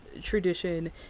tradition